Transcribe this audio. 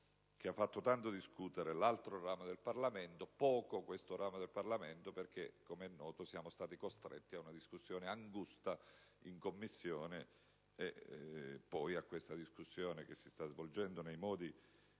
si è tanto discusso nell'altro ramo del Parlamento e poco in questo ramo del Parlamento, perché ‑ come è noto ‑ siamo stati costretti ad una discussione angusta in Commissione e poi a questo dibattito in Aula, che si sta svolgendo nei modi